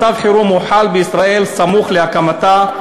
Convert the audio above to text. מצב חירום הוחל בישראל סמוך להקמתה,